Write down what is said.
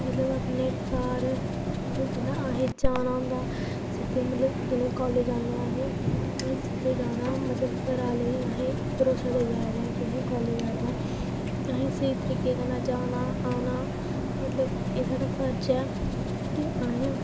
मतलब अपने घर मतलब जि'यां अहें जाना होंदा सिद्धे मतलब जि'यां कॉलेज जन्ने अहें ओह् सिद्धे जाना मतलब घरा आह्ले ई अहें भरोसा देई आये दे अहें केह् आखदे कॉलेज आये दे आं अहें स्हेई तरीके कन्नै जाना आना मतलब एह् साढा फ़र्ज़ ऐ की अहें